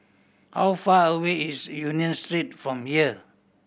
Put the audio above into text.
how far away is Union Street from here